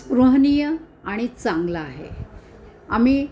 स्पृहणीय आणि चांगला आहे आम्ही